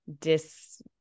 dis